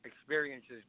experiences